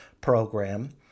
program